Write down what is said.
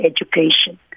education